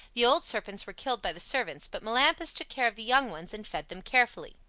the old serpents were killed by the servants, but melampus took care of the young ones and fed them carefully.